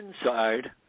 inside